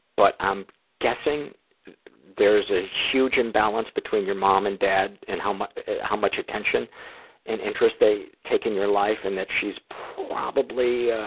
but i'm guessing there's a huge imbalance between your mom and dad, and how much how much attention and interest they take in your life, and that she's probably a